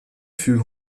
fut